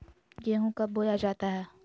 गेंहू कब बोया जाता हैं?